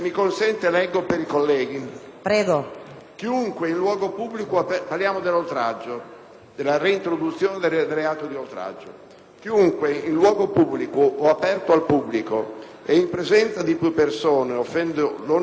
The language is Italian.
Chiunque, in luogo pubblico o aperto al pubblico e in presenza di più persone, offende l'onore ed il prestigio di un pubblico ufficiale